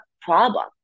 problem